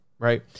Right